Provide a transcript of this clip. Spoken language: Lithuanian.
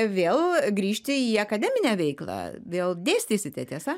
vėl grįžti į akademinę veiklą vėl dėstysite tiesa